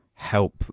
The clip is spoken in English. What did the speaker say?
help